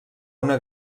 una